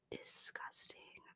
disgusting